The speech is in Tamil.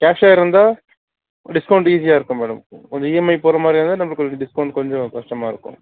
கேஷாக இருந்தால் டிஸ்கவுண்ட் ஈஸியாருக்கும் மேடம் கொஞ்சம் இஎம்ஐ போடுற மாதிரியா இருந்தால் நம்ம கொஞ்சம் டிஸ்கவுண்ட் கொஞ்சம் கஷ்டமாயிருக்கும்